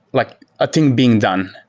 like a thing being done.